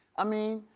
i mean,